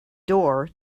door